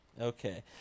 Okay